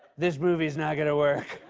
this movie's not gonna work.